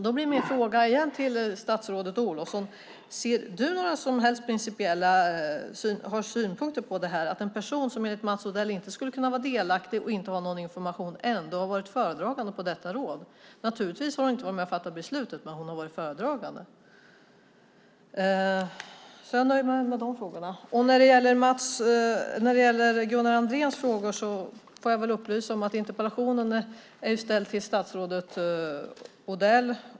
Då blir min fråga igen till statsrådet Olofsson: Har du några synpunkter på att en person som enligt Mats Odell inte skulle kunna vara delaktig och inte ha någon information ändå har varit föredragande i detta råd? Naturligtvis har hon inte varit med och fattat beslutet, men hon var föredragande. När det gäller Gunnar Andréns frågor får jag upplysa om att interpellationen är ställd till statsrådet Odell.